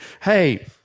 hey